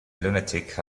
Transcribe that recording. lunatic